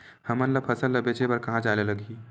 हमन ला फसल ला बेचे बर कहां जाये ला लगही?